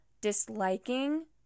disliking